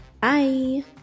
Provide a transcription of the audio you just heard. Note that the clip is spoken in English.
Bye